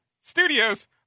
studios